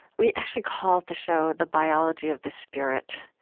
we actually called the show the biology of the spirit.